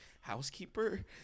housekeeper